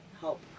help